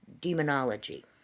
demonology